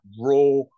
raw